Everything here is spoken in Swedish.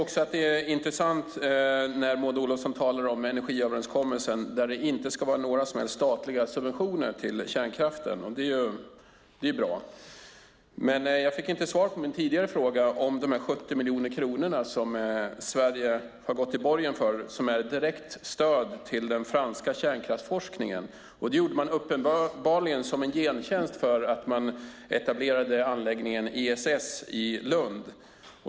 Det är intressant när Maud Olofsson talar om energiöverenskommelsen och att det inte ska vara några som helst statliga subventioner till kärnkraften. Det är bra. Jag fick dock inte svar på min tidigare fråga om de 70 miljoner kronor som Sverige gått i borgen med som ett direkt stöd till den franska kärnkraftsforskningen. Det gjordes uppenbarligen som en gentjänst för att anläggningen ESS etablerades i Lund.